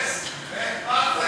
אתה בסדר.